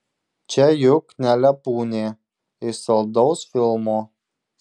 čia juk ne lepūnė iš saldaus filmo